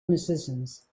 musicians